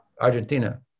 Argentina